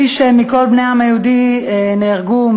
שליש מכל בני העם היהודי נהרגו,